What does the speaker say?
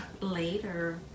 later